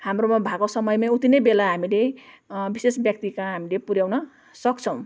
हाम्रोमा भएको समयमा उति नै बेला हामीले विशेष व्यक्तिकहाँ हामीले पुऱ्याउन सक्छौँ